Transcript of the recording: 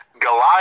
Goliath